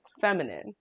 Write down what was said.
feminine